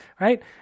right